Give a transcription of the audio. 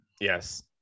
Yes